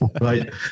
Right